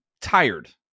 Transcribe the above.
tired